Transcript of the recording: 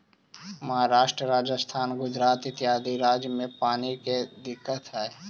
महाराष्ट्र, राजस्थान, गुजरात इत्यादि राज्य में पानी के दिक्कत हई